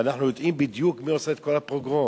ואנחנו יודעים בדיוק מי עושה את כל הפוגרום.